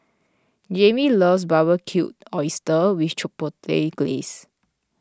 Jayme loves Barbecue Oyster with Chipotle Glaze